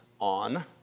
on